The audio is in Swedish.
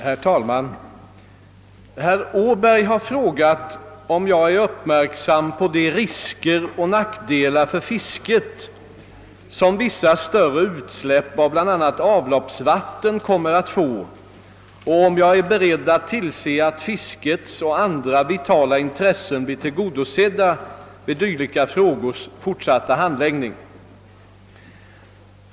Herr talman! Herr Åberg har frågat om jag är uppmärksam på de risker och nackdelar för fisket, som vissa större utsläpp av bl.a. avloppsvatten kommer att få, och om jag är beredd tillse att fiskets och andra vitala intressen blir tillgodosedda vid dylika frågors fortsatta handläggning.